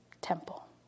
temple